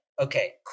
Okay